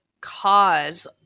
cause